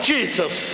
Jesus